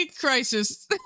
crisis